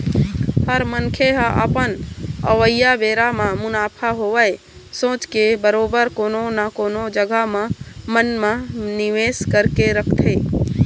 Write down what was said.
हर मनखे ह अपन अवइया बेरा म मुनाफा होवय सोच के बरोबर कोनो न कोनो जघा मन म निवेस करके रखथे